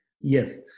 Yes